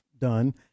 done